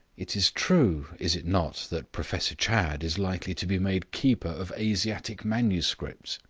it is true, is it not, that professor chadd is likely to be made keeper of asiatic manuscripts?